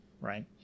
right